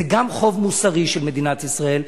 זה גם חוב מוסרי של מדינת ישראל,